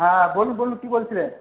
হ্যাঁ বলুন বলুন কী বলছিলেন